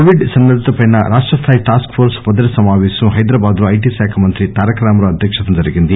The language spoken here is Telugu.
కోవిడ్ సన్న ద్వతపై రాష్టస్థాయి టాస్క్ ఫోర్స్ మొదటి సమాపేశం హైదరాబాద్ లో ఐటి శాఖ మంత్రి తారక రామా రావు అధ్యక్షతన జరిగింది